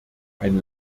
ein